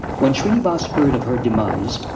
when shrinivas heard of her demise,